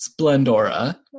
Splendora